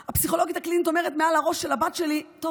והפסיכולוגית הקלינית אומרת מעל הראש של הבת שלי: טוב,